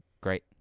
Great